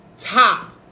Top